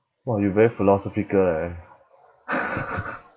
!wah! you very philosophical eh